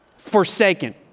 forsaken